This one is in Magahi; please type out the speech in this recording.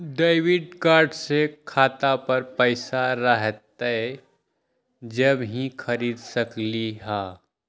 डेबिट कार्ड से खाता पर पैसा रहतई जब ही खरीद सकली ह?